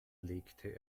legte